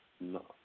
No